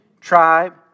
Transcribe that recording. tribe